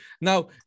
Now